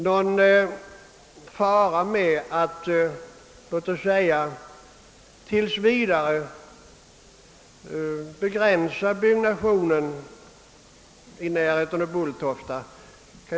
Jag kan inte se att det skulle vara någon fara förenad med att tills vidare begränsa byggnationen i närheten av Bulltofta.